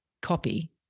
copy